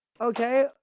Okay